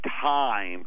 time